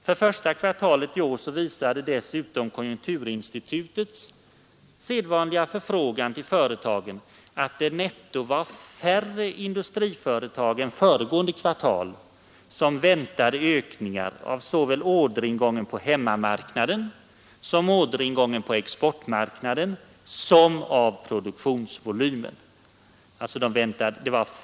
För första kvartalet i år visade dessutom konjunkturinstitutets sedvanliga förfrågan till företagen att det netto var färre industriföretag än föregående kvartal som väntade ökningar av orderingången på hemmamarknaden, orderingången på exportmarknaden och produktionsvolymen.